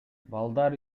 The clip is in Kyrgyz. балдар